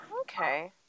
okay